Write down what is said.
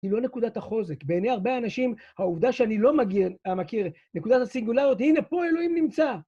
היא לא נקודת החוזק. בעיני הרבה אנשים העובדה שאני לא מכיר, נקודת הסינגולריות, הנה, פה אלוהים נמצא.